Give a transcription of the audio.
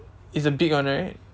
it's a big one right